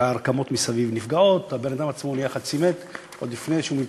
הרקמות מסביב נפגעות והבן-אדם עצמו נהיה חצי מת עוד לפני שהוא מתרפא.